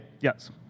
Yes